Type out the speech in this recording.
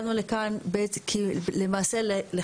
אבל במהות זה כבר